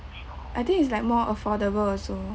I think it's like more affordable also